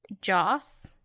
Joss